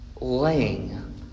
laying